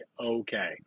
okay